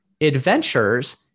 adventures